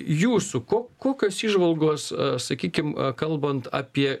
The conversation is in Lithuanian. jūsų ko kokios įžvalgos sakykim kalbant apie